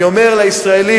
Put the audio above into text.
אני אומר לישראלים,